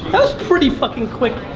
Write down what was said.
was pretty fucking quick.